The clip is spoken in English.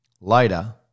Later